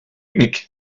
picnic